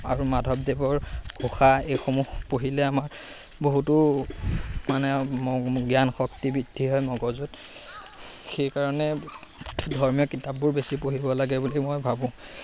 আৰু মাধৱদেৱৰ ঘোষা এইসমূহ পঢ়িলে আমাৰ বহুতো মানে জ্ঞান শক্তি বৃদ্ধি হয় মগজুত সেইকাৰণে ধৰ্মীয় কিতাপবোৰ বেছি পঢ়িব লাগে বুলি মই ভাবোঁ